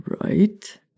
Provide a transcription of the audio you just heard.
right